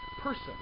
person